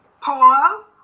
paul